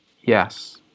Yes